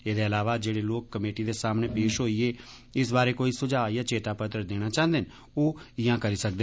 एहदे इलावा जेड़े लोक कमेटी दे सामने पेश होइए इस बारै कोई सुझाब या चेत्ता पत्र देना चाहन्दे न ओ इयां करी सकदे